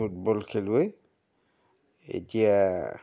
football খেলুৱৈ এতিয়া